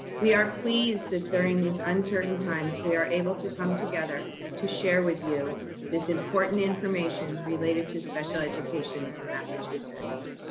we are pleased that during these uncertain times, we are able to come together to share with you this important information related to special education in massachusetts.